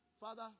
Father